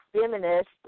feminist